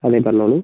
അതെ പറഞ്ഞോളൂ